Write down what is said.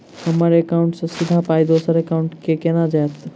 हम्मर एकाउन्ट सँ सीधा पाई दोसर एकाउंट मे केना जेतय?